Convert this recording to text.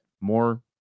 more